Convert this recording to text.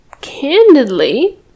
candidly